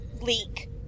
leak